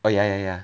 oh ya ya ya